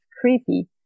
creepy